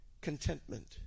contentment